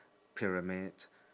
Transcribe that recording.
pyramid